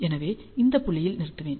எனவே இந்த புள்ளியில் நிறுத்துவேன்